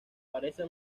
parece